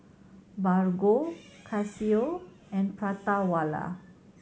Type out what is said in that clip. Bargo Casio and Prata Wala